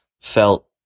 felt